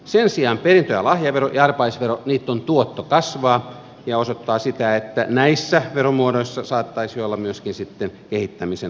sen sijaan perintö ja lahjaveron ja arpajaisveron tuotto kasvaa ja se osoittaa sitä että näissä veromuodoissa saattaisi olla myöskin sitten kehittämisen mahdollisuuksia